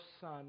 son